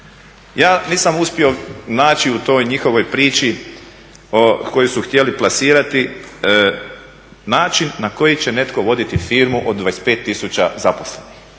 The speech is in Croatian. Ja nisam uspio naći u toj njihovoj priči koju su htjeli plasirati način na koji će netko voditi firmu od 25000 zaposlenih.